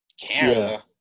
Canada